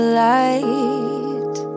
light